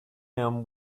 him